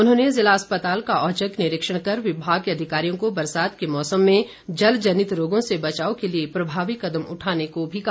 उन्होंने जिला अस्पताल का औचक निरीक्षण कर विभाग के अधिकारियों को बरसात के मौसम में जलजनित रोगों से बचाव के लिए प्रभावी कदम उठाने को भी कहा